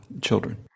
children